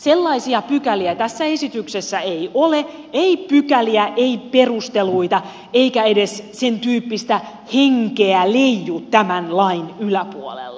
sellaisia pykäliä tässä esityksessä ei ole ei pykäliä ei perusteluita eikä edes sentyyppistä henkeä leiju tämän lain yläpuolella